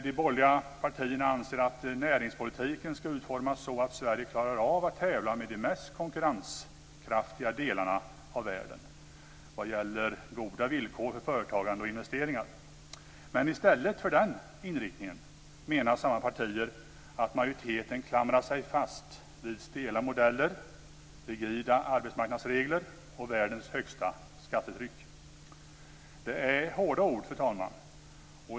De borgerliga partierna anser att näringspolitiken ska utformas så att Sverige klarar av att tävla med de mest konkurrenskraftiga delarna av världen vad gäller goda villkor för företagande och investeringar. Samma partier menar att majoriteten i stället för att ha den inriktningen klamrar sig fast vid stela modeller, rigida arbetsmarknadsregler och världens högsta skattetryck. Det är hårda ord, fru talman.